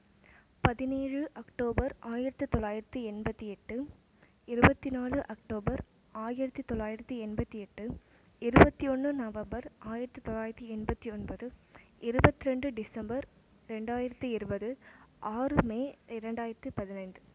பதினேழு அக்டோபர் ஆயிரத்தி தொள்ளாயிரத்தி எண்பத்தி எட்டு இருபத்தினாலு அக்டோபர் ஆயிரத்தி தொள்ளாயிரத்தி எண்பத்தி எட்டு இருபத்தி ஒன்று நவம்பர் ஆயிரத்தி தொள்ளாயிரத்தி எண்பத்தி ஒன்பது இருபத்ரெண்டு டிசம்பர் ரெண்டாயிரத்தி இருபது ஆறு மே இரண்டாயிரத்தி பதினைந்து